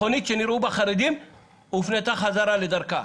מכונית שנראו בה חרדים הופנתה חזרה לדרכה.